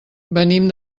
venim